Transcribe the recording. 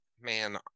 man